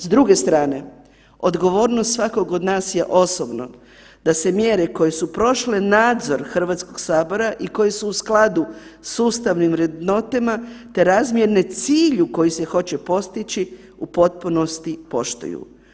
S druge strane, odgovornost svakog od nas je osobno, da se mjere koje su prošle nadzor Hrvatskog sabora i koje su u skladu s ustavnim vrednotama te razmjerne cilju koji se hoće postići u potpunosti poštuju.